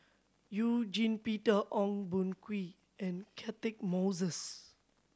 You Jin Peter Ong Boon Kwee and Catchick Moses